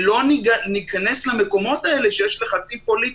ולא ניכנס למקומות האלה שיש לחצים פוליטיים,